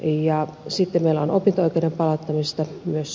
ja sitten meillä on opinto oikeuden palauttamisesta